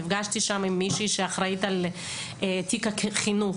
נפגשתי שם עם מישהו שאחראית על תיק החינוך.